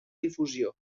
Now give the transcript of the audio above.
difusió